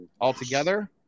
altogether